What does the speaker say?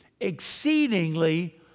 Exceedingly